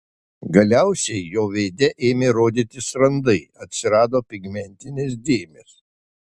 galiausiai jo veide ėmė rodytis randai atsirado pigmentinės dėmės